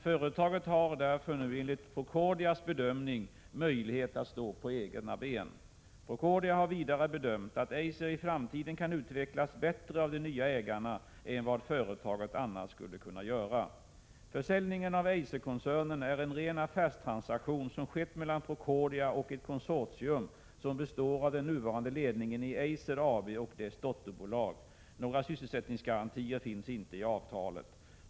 Företaget har därför nu enligt Procordias bedömning möjlighet att stå på egna ben. Procordia har vidare bedömt att Eiser i framtiden kan utvecklas bättre av de nya ägarna än vad företaget annars skulle kunna göra. Försäljningen av Eiserkoncernen är en ren affärstransaktion som skett mellan Procordia och ett konsortium, som består av den nuvarande ledningen i Eiser AB och dess dotterbolag. Några sysselsättningsgarantier finns inte i avtalet.